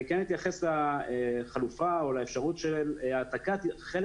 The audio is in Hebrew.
אני כן התייחס לחלופה או לאפשרות של העתקת חלק